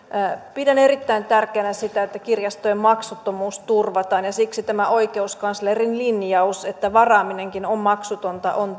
pidän erittäin tärkeänä sitä että kirjastojen maksuttomuus turvataan ja siksi tämä oikeuskanslerin linjaus että varaaminenkin on maksutonta on